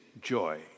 joy